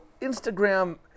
Instagram